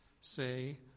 Say